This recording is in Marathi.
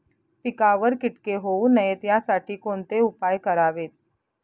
पिकावर किटके होऊ नयेत यासाठी कोणते उपाय करावेत?